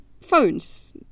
phones